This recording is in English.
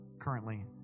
currently